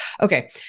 Okay